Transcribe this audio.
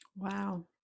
Wow